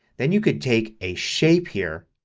then you could take a shape here,